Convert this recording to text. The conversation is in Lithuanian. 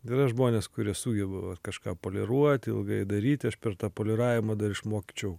yra žmonės kurie sugeba vat kažką poliruoti ilgai daryti aš per tą poliravimą dar išmokyčiau